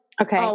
okay